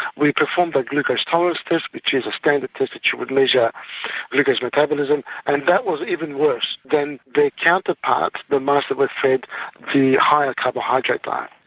we performed a glucose tolerance test, which is a standard test which you would measure glucose metabolism, and that was even worse than their counterparts, the mice that were fed the higher carbohydrate diet.